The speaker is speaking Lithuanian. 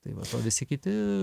tai va o visi kiti